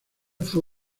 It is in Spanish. fue